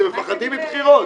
אתם מפחדים מבחירות.